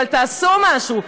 אבל תעשו משהו,